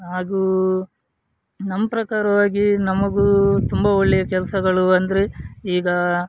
ಹಾಗೂ ನಮ್ಮ ಪ್ರಕಾರವಾಗಿ ನಮಗೂ ತುಂಬ ಒಳ್ಳೆಯ ಕೆಲಸಗಳು ಅಂದರೆ ಈಗ